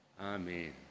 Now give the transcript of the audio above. Amen